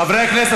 חברי הכנסת,